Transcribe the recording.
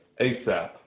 ASAP